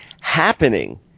happening